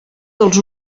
dels